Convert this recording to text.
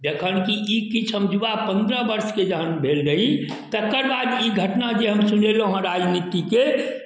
जखनकि ई किछु हम युवा पनरह वर्षके जहन भेल रही तकरबाद ई घटना जे हम सुनेलहुँ हँ राजनीतिके